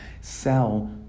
sell